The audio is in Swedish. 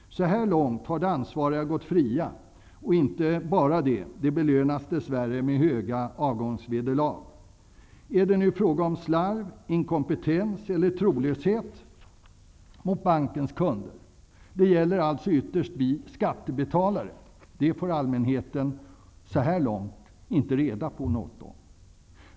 Så här långt har de ansvariga gått fria -- och inte bara det. De belönas dess värre med höga avgångsvederlag. Är det fråga om slarv, inkompetens eller trolöshet mot bankens kunder? Det här gäller alltså ytterst vi skattebetalare. Så här långt får allmänheten inte reda på något.